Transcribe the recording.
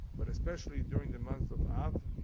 but especially during the month of av,